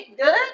good